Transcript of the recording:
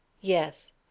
Yes